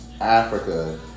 Africa